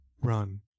run